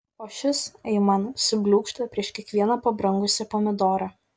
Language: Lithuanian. o šis aiman subliūkšta prieš kiekvieną pabrangusį pomidorą